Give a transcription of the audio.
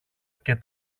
και